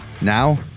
Now